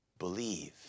believe